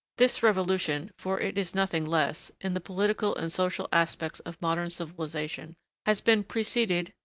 this revolution for it is nothing less in the political and social aspects of modern civilisation has been preceded,